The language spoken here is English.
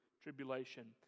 tribulation